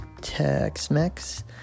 Tex-Mex